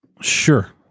Sure